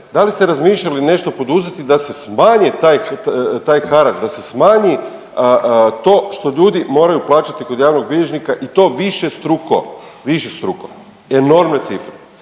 da li ste razmišljali nešto poduzeti da se smanji taj harač, da se smanji to što ljudi moraju plaćati kod javnog bilježnika i to višestruko, višestruko, enormne cifre.